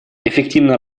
эффективно